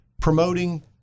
promoting